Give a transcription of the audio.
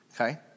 okay